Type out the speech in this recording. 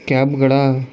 ಕ್ಯಾಬ್ಗಳ